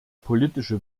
politische